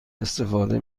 استفاده